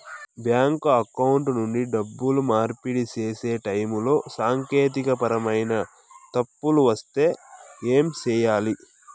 bank account నుండి డబ్బులు మార్పిడి సేసే టైములో సాంకేతికపరమైన తప్పులు వస్తే ఏమి సేయాలి